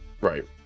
Right